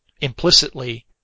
implicitly